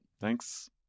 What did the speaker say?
thanks